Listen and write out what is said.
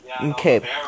Okay